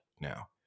now